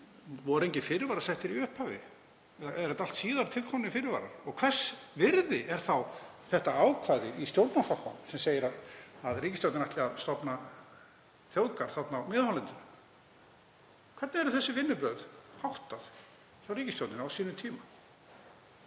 Voru engir fyrirvarar settir í upphafi? Eru þetta allt síðar til komnir fyrirvarar og hvers virði er þá þetta ákvæði í stjórnarsáttmála sem segir að ríkisstjórnin ætli að stofna þjóðgarð á miðhálendinu? Hvernig var þessum vinnubrögðum háttað hjá ríkisstjórninni á sínum tíma?